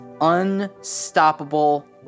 unstoppable